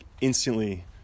instantly